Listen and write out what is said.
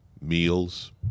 Meals